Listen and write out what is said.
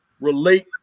relate